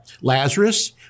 Lazarus